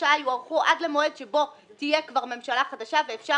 השעה יוארכו עד למועד שבו תהיה כבר ממשלה חדשה ואפשר